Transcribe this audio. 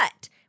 but-